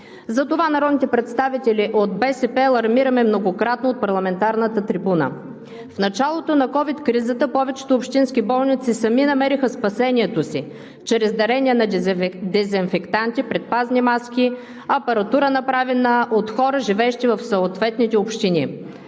За това народните представители от БСП алармираме многократно от парламентарната трибуна. В началото на ковид кризата повечето общински болници сами намериха спасението си чрез дарения на дезинфектанти, предпазни маски, апаратура, направено от хора, живеещи в съответните общини.